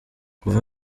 kuva